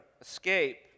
escape